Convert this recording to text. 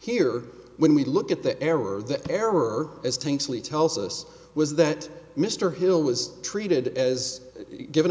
here when we look at the error the error as thankfully tells us was that mr hill was treated as given an